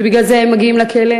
ובגלל זה הם מגיעים לכלא,